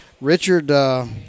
Richard